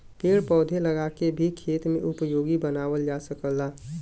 पेड़ पौधा लगा के भी खेत के उपयोगी बनावल जा सकल जाला